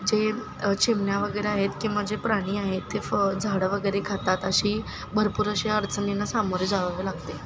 जे चिमण्या वगैरे आहेत किंवा जे प्राणी आहेत ते फ झाडं वगैरे खातात अशी भरपूर अशा अडचणींना सामोरे जावं लागते